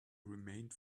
remained